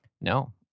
no